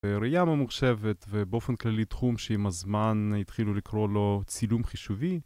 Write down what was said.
ראייה ממוחשבת ובאופן כללי תחום שעם הזמן התחילו לקרוא לו צילום חישובי